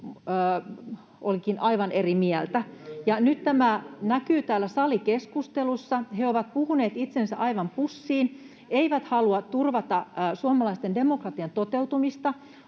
Halla-ahon välihuuto] Ja nyt tämä näkyy täällä salikeskustelussa: he ovat puhuneet itsensä aivan pussiin, eivät halua turvata suomalaisen demokratian toteutumista